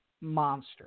Monster